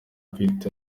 kwita